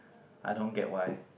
I don't get why